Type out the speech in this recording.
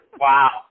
Wow